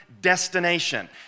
destination